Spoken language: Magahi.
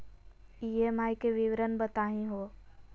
ई.एम.आई के विवरण बताही हो?